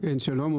כן, שלום.